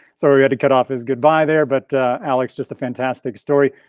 sorry, we had to cut off his goodbye there, but alex just a fantastic story.